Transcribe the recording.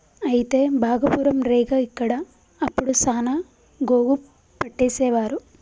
అయితే భాగపురం రేగ ఇక్కడ అప్పుడు సాన గోగు పట్టేసేవారు